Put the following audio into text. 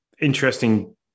interesting